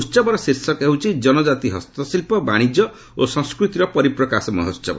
ଉହବର ଶୀର୍ଷକ ହେଉଛି ଜନକାତି ହସ୍ତଶିଳ୍ପ ବାଣିଜ୍ୟ ଓ ସଂସ୍କୃତିର ପରିପ୍ରକାଶ ମହୋତ୍ସବ